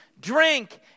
drink